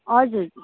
हजुर